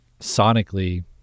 sonically